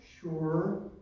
sure